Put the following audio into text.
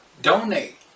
donate